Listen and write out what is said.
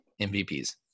MVPs